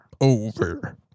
over